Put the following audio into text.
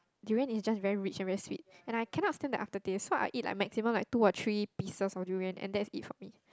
durian is just very rich and very sweet and I cannot stand the aftertaste so I eat like maximum like two or three pieces of durian and that's it for me